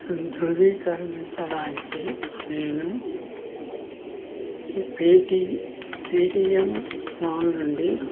దృవీకరించడానికి నేను ఈ పేటీ పేటియం మాల్ నుండి